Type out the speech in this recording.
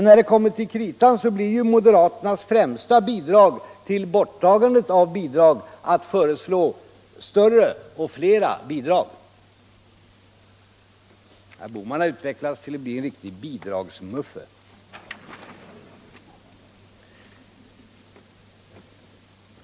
När det kommer till kritan blir moderaternas främsta bidrag till borttagandet av bidrag att föreslå större och fler bidrag. Herr Bohman har utvecklats till att bli en riktig ”bidragsmuffe”.